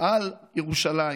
על ירושלים,